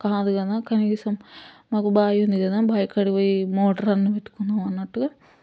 కనీసం మాకు బావి ఉంది కదా బావి కాడికి పోయి మోటర్ అన్నా పెట్టుకుందాం అన్నట్టుగా